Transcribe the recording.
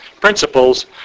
Principles